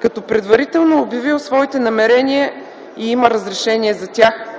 като предварително обяви своите намерения и има разрешение за тях.